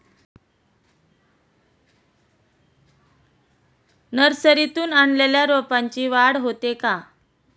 नर्सरीतून आणलेल्या रोपाची वाढ होते का?